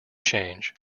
change